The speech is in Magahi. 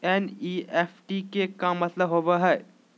एन.ई.एफ.टी के का मतलव होव हई?